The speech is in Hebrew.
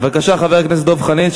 בבקשה, חבר הכנסת דב חנין.